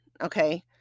Okay